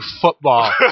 football